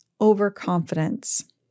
overconfidence